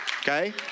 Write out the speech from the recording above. Okay